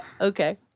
Okay